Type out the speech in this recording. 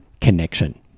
connection